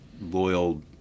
loyal